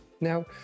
Now